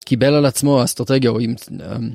קיבל על עצמו אסטרטגיה או אם... ז... המ...